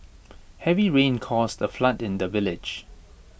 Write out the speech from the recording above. heavy rains caused A flood in the village